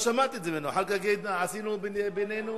אחר כך יגיד שעשינו בינינו,